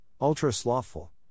ultra-slothful